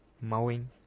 mowing